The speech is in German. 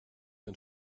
bin